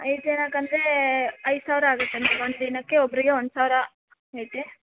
ಐದು ಜನಕ್ಕೆ ಅಂದರೆ ಐದು ಸಾವಿರ ಆಗುತ್ತೆ ಮ್ಯಾಮ್ ಒಂದು ದಿನಕ್ಕೆ ಒಬ್ಬರಿಗೆ ಒಂದು ಸಾವಿರ ಐತೆ